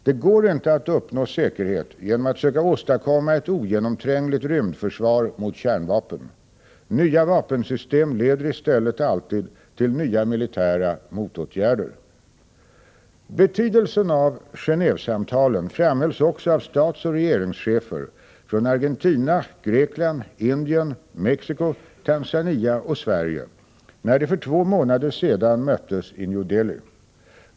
Det går inte att uppnå säkerhet genom att söka åstadkomma ett ogenomträngligt rymdförsvar mot kärnvapen. Nya vapensystem leder i stället alltid till nya militära motåtgärder. Betydelsen av Genévesamtalen framhölls också av statsoch regeringschefer från Argentina, Grekland, Indien, Mexico, Tanzania och Sverige, när de för två månader sedan möttes i New Delhi.